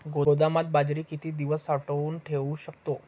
गोदामात बाजरी किती दिवस साठवून ठेवू शकतो?